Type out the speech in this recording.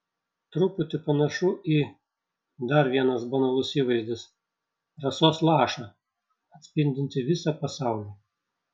truputį panašu į dar vienas banalus įvaizdis rasos lašą atspindintį visą pasaulį